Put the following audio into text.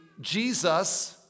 Jesus